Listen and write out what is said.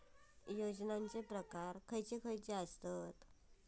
योजनांचे प्रकार कसले कसले असतत?